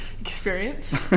experience